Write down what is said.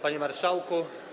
Panie Marszałku!